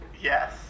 Yes